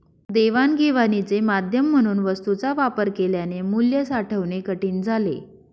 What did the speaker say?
देवाणघेवाणीचे माध्यम म्हणून वस्तूंचा वापर केल्याने मूल्य साठवणे कठीण झाले